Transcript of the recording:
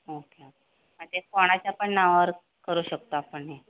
okay म्हणजे कोणाच्या पण नावावर करू शकतो आपण हे